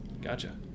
Gotcha